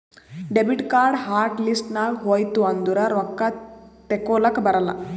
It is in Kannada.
ಡೆಬಿಟ್ ಕಾರ್ಡ್ ಹಾಟ್ ಲಿಸ್ಟ್ ನಾಗ್ ಹೋಯ್ತು ಅಂದುರ್ ರೊಕ್ಕಾ ತೇಕೊಲಕ್ ಬರಲ್ಲ